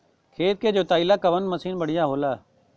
खेत के जोतईला कवन मसीन बढ़ियां होला?